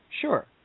Sure